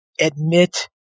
admit